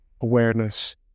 awareness